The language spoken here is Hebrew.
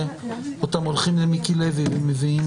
אם עכשיו נעשה את השינוי, למה הקיצור?